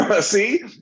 see